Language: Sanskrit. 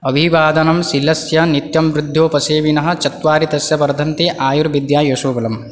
अभिवादनशीलस्य नित्यं वृद्धोपसेविनः चत्वारि तस्य वर्धन्ते आयुर्विद्या यशो बलम